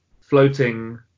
floating